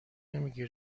نمیگی